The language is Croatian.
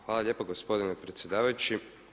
Hvala lijepo gospodine predsjedavajući.